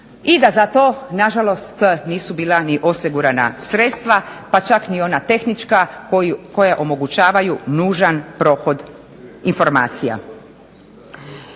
i da za to na žalost nisu bila ni osigurana sredstva, pa čak ni ona tehnička koja omogućavaju nužan prohod informacija.